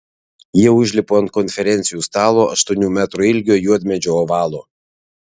jie užlipa ant konferencijų stalo aštuonių metrų ilgio juodmedžio ovalo